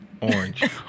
Orange